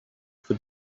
for